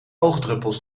oogdruppels